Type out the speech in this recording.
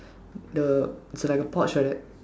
the it's like a pouch like that